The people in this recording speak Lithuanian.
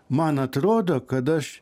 man atrodo kad aš